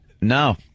No